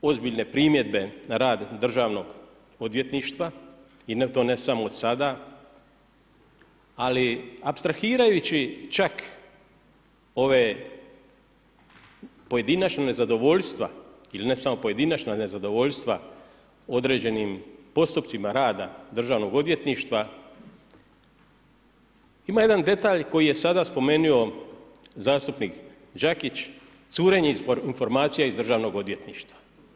Postoje ozbiljne primjedbe na rad državnog odvjetništvo i to ne samo od sada, ali apstrahirajući čak ove pojedinačna nezadovoljstva ili ne samo pojedinačna nezadovoljstva određenim postupcima rada državnog odvjetništva, ima jedan detalj koji je sada spomenuo zastupnik Đakić, curenje informacija iz državnog odvjetništva.